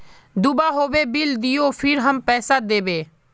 दूबा होबे बिल दियो फिर हम पैसा देबे?